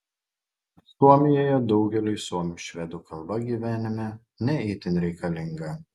suomijoje daugeliui suomių švedų kalba gyvenime ne itin reikalinga